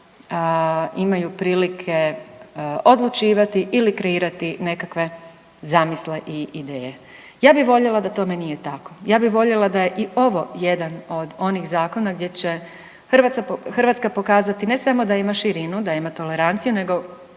imaju prilike odlučivati ili kreirati nekakve zamisli i ideje. Ja bih voljela da tome nije tako, ja bih voljela da je i ovo jedan od onih zakona gdje će Hrvatska pokazati, ne samo da ima širinu, da ima toleranciju, nego